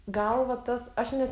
gal va tas aš net